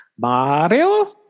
Mario